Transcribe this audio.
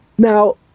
Now